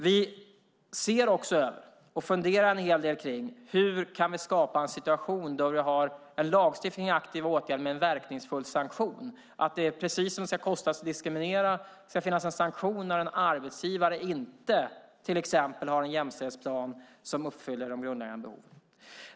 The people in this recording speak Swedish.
Vi ser också över, och funderar en hel del kring, hur vi kan skapa en situation där vi har en lagstiftning för aktiva åtgärder och en verkningsfull sanktion. Precis som det ska kosta att diskriminera ska det finnas en sanktion när en arbetsgivare till exempel inte har en jämställdhetsplan som uppfyller de grundläggande kraven.